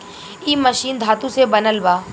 इ मशीन धातु से बनल बा